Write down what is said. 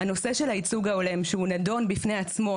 הנושא של הייצוג ההולם שהוא נדון בפני עצמו,